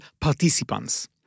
participants